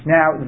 Now